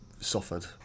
suffered